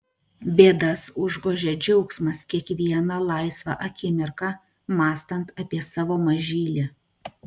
bėdas užgožia džiaugsmas kiekvieną laisvą akimirką mąstant apie savo mažylį